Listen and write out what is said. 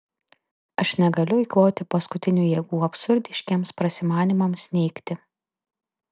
aš negaliu eikvoti paskutinių jėgų absurdiškiems prasimanymams neigti